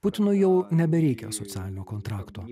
putinui jau nebereikia socialinio kontrakto